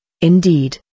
indeed